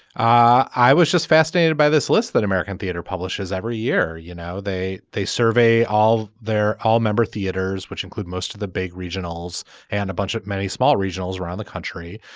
i was just fascinated by this list that american theater publishes every year you know they they survey all they're all member theaters which include most of the big regionals and a bunch of many small regionals around the country.